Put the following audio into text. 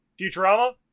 Futurama